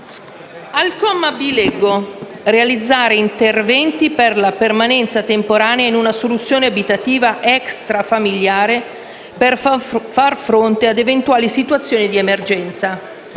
lettera *b)*, leggo: «realizzare interventi per la permanenza temporanea in una soluzione abitativa extrafamiliare per far fronte a eventuali situazioni di emergenza».